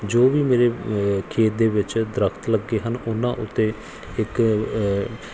ਜੋ ਵੀ ਮੇਰੇ ਖੇਤ ਦੇ ਵਿੱਚ ਦਰੱਖਤ ਲੱਗੇ ਹਨ ਉਹਨਾਂ ਉੱਤੇ ਇੱਕ